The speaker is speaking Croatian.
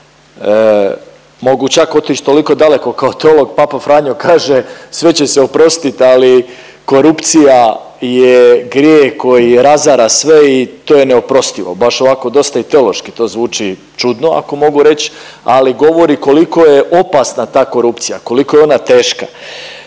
Mogu čak otići toliko daleko kao teolog. Papa Franjo kaže sve će se oprostiti, ali korupcija je grijeh koji razara sve i to je neoprostivo. Baš ovako dosta i teološki to zvuči čudno ako mogu reći, ali govori koliko je opasna ta korupcija, koliko je ona teška.